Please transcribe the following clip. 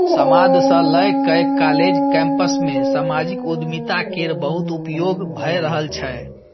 समाद सँ लए कए काँलेज कैंपस मे समाजिक उद्यमिता केर बहुत उपयोग भए रहल छै